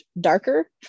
darker